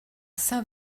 saint